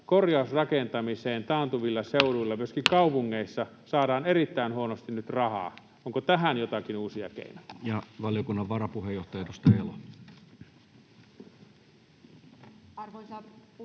korjausrakentamiseen taantuvilla seuduilla, myöskin kaupungeissa, saadaan erittäin huonosti nyt rahaa. Onko tähän joitakin uusia keinoja?